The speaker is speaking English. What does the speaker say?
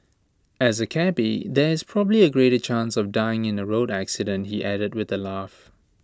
as A cabby there is probably A greater chance of dying in A road accident he added with A laugh